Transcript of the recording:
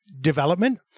development